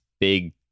big